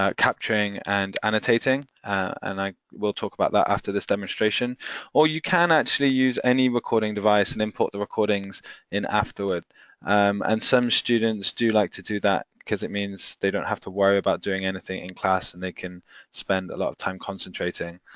capturing, and annotating and i will talk about that after this demonstration or you can actually use any recording device and import the recordings in afterward um and some students do like to do that because it means they don't have to worry about doing anything in class and they can spend a lot of time concentrating,